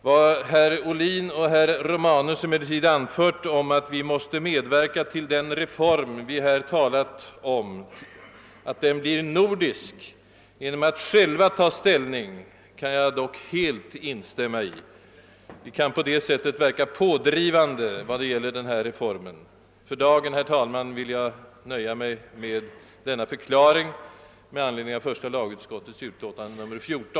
Vad herrar Ohlin och Romanus emellertid har anfört om att vi måste medverka till att den reform vi här talat om blir nordisk genom att själva ta ställning kan jag helt instämma i. Vi kan på det sättet verka pådrivande vad gäller denna reform. För dagen, herr talman, vill jag nöja mig med denna förklaring med anledning av första lagutskottets utlåtande nr 3.